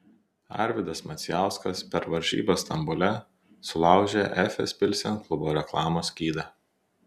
arvydas macijauskas per varžybas stambule sulaužė efes pilsen klubo reklamos skydą